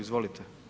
Izvolite.